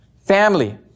Family